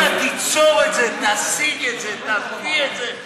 ואללה, תיצור את זה, תשיג את זה, תביא את זה.